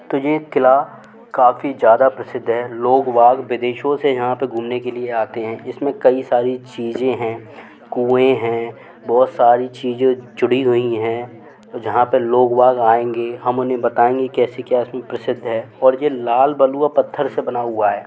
तो ये क़िला काफ़ी ज़्यादा प्रसिद्ध है लोग वाग विदेशों से यहाँ पर घूमने के लिए आते हैं इस में कई सारी चीज़ें हैं कोएं हैं बहुत सारी चीज़ें जुड़ी हुई हैं वो जहाँ पर लोग वाग आएंगे हम उन्हें बताएंगे कैसे क्या इस में प्रसिद्ध है और ये लाल बलुआ पत्थर से बना हुआ है